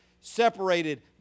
separated